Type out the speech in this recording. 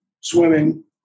swimming